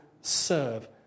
serve